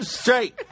straight